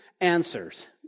answers